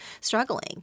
struggling